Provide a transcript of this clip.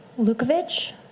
Lukovic